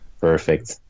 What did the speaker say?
Perfect